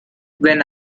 when